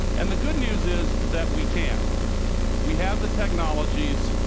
and the good news is that we can we have the technologies.